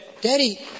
Daddy